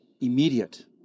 immediate